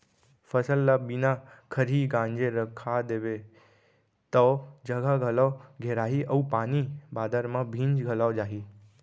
फसल ल बिना खरही गांजे रखा देबे तौ जघा घलौ घेराही अउ पानी बादर म भींज घलौ जाही